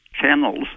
channels